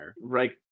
Right